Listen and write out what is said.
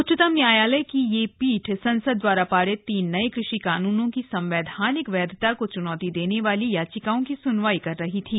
उच्चतम न्यायालय की यह पीठ संसद दवारा पारित तीन नए कृषि कानूनों की संवैधानिक वैधता को चूनौती देने वाली याचिकाओं की स्नवाई कर रही थी